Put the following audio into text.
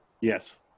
Yes